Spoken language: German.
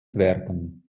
werden